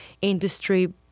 industry